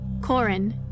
Corin